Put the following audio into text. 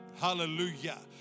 Hallelujah